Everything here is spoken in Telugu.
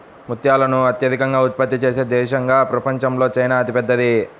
ముత్యాలను అత్యధికంగా ఉత్పత్తి చేసే దేశంగా ప్రపంచంలో చైనా అతిపెద్దది